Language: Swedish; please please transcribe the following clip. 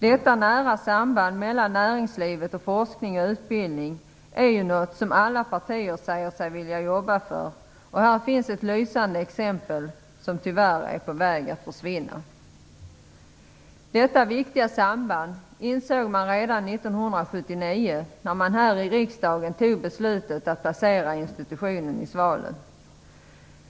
Detta nära samband mellan näringslivet och forskning och utbildning är ju något som alla partier säger sig vilja arbeta för, och här finns ett lysande exempel som tyvärr är på väg att försvinna. Detta viktiga samband insåg man redan 1979 när det här i riskdagen fattades beslut att placera institutionen i Svalöv.